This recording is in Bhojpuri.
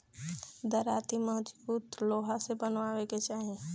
दराँती मजबूत लोहा से बनवावे के चाही